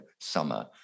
summer